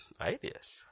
Ideas